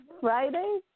Friday